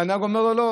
והנהג אומר לו "לא".